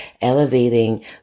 elevating